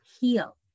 heal